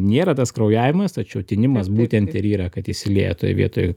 nėra tas kraujavimas tačiau tinimas būtent ir yra kad išsilieja toj vietoj